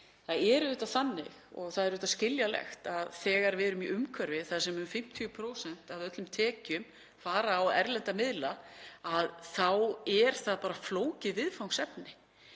Það er auðvitað þannig og er skiljanlegt að þegar við erum í umhverfi þar sem um 50% af öllum tekjum fara til erlendra miðla þá er það bara flókið viðfangsefni.